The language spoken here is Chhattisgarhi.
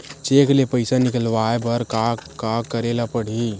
चेक ले पईसा निकलवाय बर का का करे ल पड़हि?